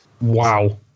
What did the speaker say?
Wow